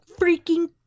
freaking